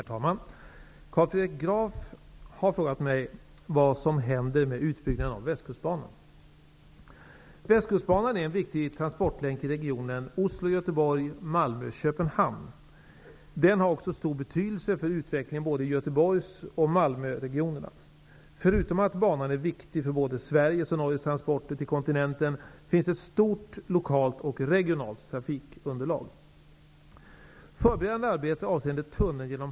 Herr talman! Carl Fredrik Graf har frågat mig vad som händer med utbyggnaden av Västkustbanan. Oslo--Göteborg--Malmö/Köpenhamn. Den har också stor betydelse för utvecklingen i Göteborgsoch Malmöregionerna. Förutom att banan är viktig för både Sveriges och Norges transporter till kontinenten finns det ett stort lokalt och regionalt trafikunderlag.